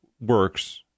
Works